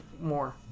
more